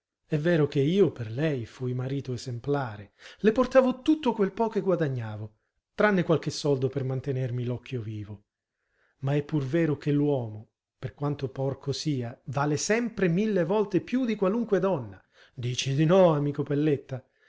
è vero che io per lei fui marito esemplare le portavo tutto quel po che guadagnavo tranne qualche soldo per mantenermi l'occhio vivo ma è pur vero che l'uomo per quanto porco sia vale sempre mille volte più di qualunque donna dici di no amico pelletta